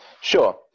Sure